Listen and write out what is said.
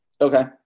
Okay